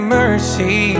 mercy